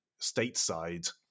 stateside